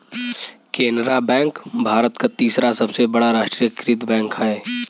Canara bank Bharat क तीसरा सबसे बड़ा राष्ट्रीयकृत बैंक हौ